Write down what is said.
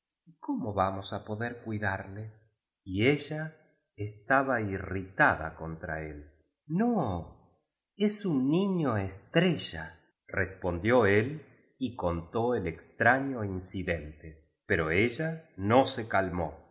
cómo vamos á po der cuidarle y ella estaba irritada contra él no es un niño estrellarespondió él y contó el extra ño incidente pero ella no se calmó